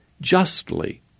justly